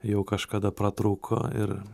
jau kažkada pratrūko ir